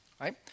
Right